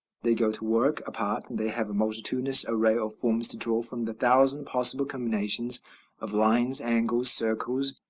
they go to work apart they have a multitudinous array of forms to draw from the thousand possible combinations of lines, angles, circles,